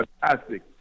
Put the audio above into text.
fantastic